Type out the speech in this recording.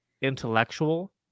intellectual